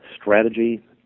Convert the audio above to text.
Strategy